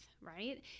right